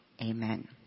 amen